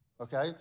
Okay